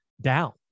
down